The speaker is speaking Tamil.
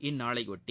இந்நாளைபொட்டி